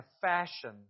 fashion